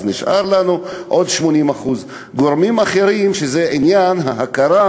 אז נשארו לנו עוד 80%. גורם אחר זה עניין ההכרה